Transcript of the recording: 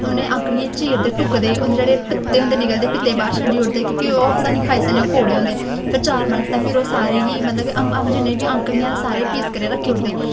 उ'नें औंकड़ियें गी चिरदे टूकदे उं'दे जेह्ड़े पित्ते होंदे ओह् निकलदे बाह्र छंडी औड़दे क्योंकि ओह् अस निं खाई सकने ओह् कोड़े होंदे फिर चा'र पाने आस्तै सारें गी मतलब अम्ब जिनियां बी औंकडियां दे सारे पीस करियै रखी औड़दे